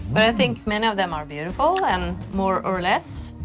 but i think many of them are beautiful and more or less,